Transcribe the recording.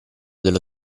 dello